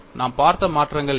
நாம் பார்த்த மாற்றங்கள் என்ன